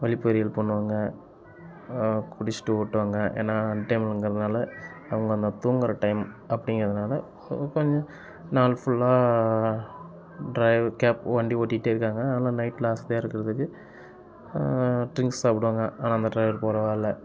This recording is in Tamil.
வழிப்பறிகள் பண்ணுவாங்க குடிச்சுட்டு ஓட்டுவாங்க ஏனால் அன்டைம்ங்கிறதினால அவங்க அந்த தூங்குகிற டைம் அப்படிங்கிறதுனால கொஞ்சம் நாள் ஃபுல்லாக ட்ரைவ் கேப் வண்டி ஓட்டிகிட்டே இருக்காங்க அதனால நைட்டில் அசதியாக இருக்கிறதுக்கு ட்ரிங்க்ஸ் சாப்பிடுவாங்க ஆனால் அந்த டிரைவர் பரவாயில்லை